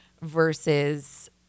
versus